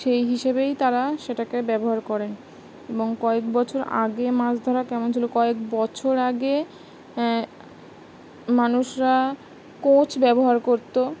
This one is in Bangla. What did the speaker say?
সেই হিসেবেই তারা সেটাকে ব্যবহার করেন এবং কয়েক বছর আগে মাছ ধরা কেমন ছিল কয়েক বছর আগে মানুষরা কোঁচ ব্যবহার করতো